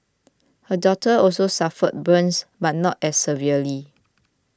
her daughter also suffered burns but not as severely